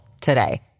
today